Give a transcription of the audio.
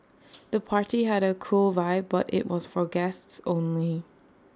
the party had A cool vibe but IT was for guests only